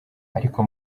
ariko